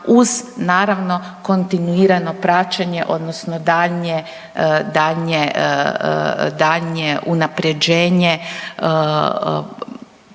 uz naravno kontinuirano praćenje odnosno daljnje unapređenje